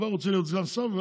כבר רוצה להיות סגן שר,